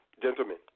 gentlemen